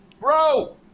bro